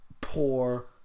poor